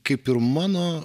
kaip ir mano